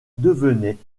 devenaient